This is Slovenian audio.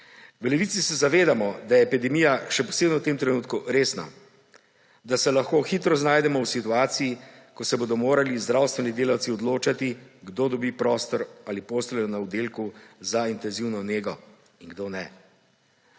V Levici se zavedamo, da je epidemija še posebej v tem trenutku resna, da se lahko hitro znajdemo v situaciji, ko se bodo morali zdravstveni delavci odločati, kdo dobi prostor ali posteljo na oddelku za intenzivno nego in kdo ne.